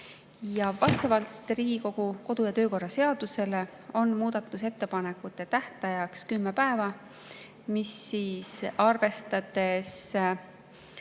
Vastavalt Riigikogu kodu‑ ja töökorra seadusele on muudatusettepanekute tähtajaks kümme päeva, mis arvestades